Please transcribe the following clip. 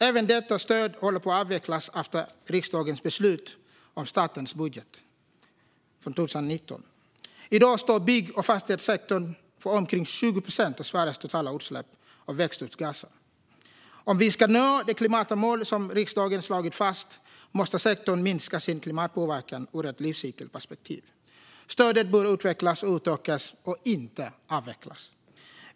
Även detta stöd håller på att avvecklas efter riksdagens beslut om statens budget för 2019. I dag står bygg och fastighetssektorn för omkring 20 procent av Sveriges totala utsläpp av växthusgaser. Om vi ska nå det klimatmål som riksdagen har slagit fast måste sektorn minska sin klimatpåverkan ur ett livscykelperspektiv. Stödet bör utvecklas och utökas, inte avvecklas.